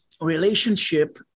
relationship